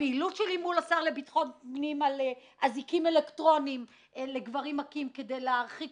בפעילות שלי מול השר לביטחון פנים בנוגע לאזיקים אלקטרוניים כדי להרחיק